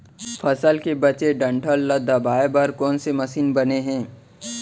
फसल के बचे डंठल ल दबाये बर कोन से मशीन बने हे?